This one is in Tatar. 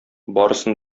барысын